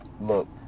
look